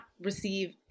receive